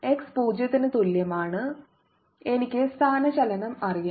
X 0 ന് തുല്യമാണ് എനിക്ക് സ്ഥാനചലനം അറിയാം